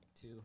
Two